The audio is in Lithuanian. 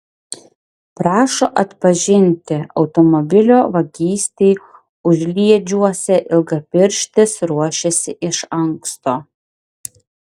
prašo atpažinti automobilio vagystei užliedžiuose ilgapirštis ruošėsi iš anksto